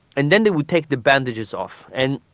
and then they would take the bandages off. and